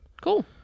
Cool